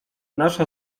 nasza